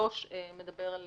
סעיף 23 מדבר על